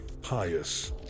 pious